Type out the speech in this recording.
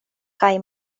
kaj